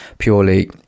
purely